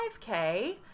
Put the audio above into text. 5K